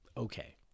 Okay